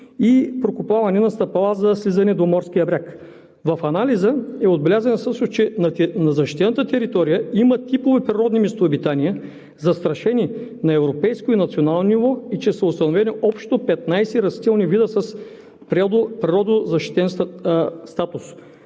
и прокопаване на стъпала за слизане до морския бряг.“ В анализа е отбелязано също, че в защитената територия има типови природни местообитания, застрашени на европейско и национално ниво, и че са установени общо 15 растителни вида с природозащитен статус,